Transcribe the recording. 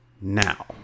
now